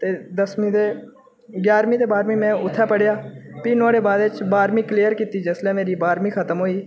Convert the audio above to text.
ते दसमीं ते जारमीं बारमीं में उ'त्थें पढे़आ भी नुहाड़े बाद च बारमीं क्लियर कीती जिसलै मेरी बारमीं ख़तम होई